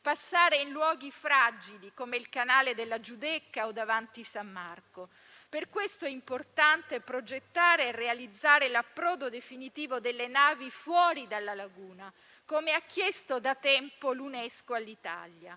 passare in luoghi fragili come il canale della Giudecca o davanti San Marco. Per questo è importante progettare e realizzare l'approdo definitivo delle navi fuori dalla laguna, come l'UNESCO ha da tempo chiesto all'Italia.